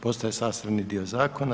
Postaje sastavni dio zakona.